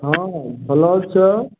ହଁ ଭଲ ଅଛ